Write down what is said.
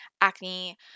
acne